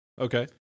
Okay